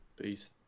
Peace